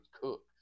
cook